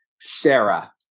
Sarah